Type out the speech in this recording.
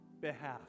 behalf